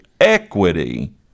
equity